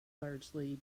largely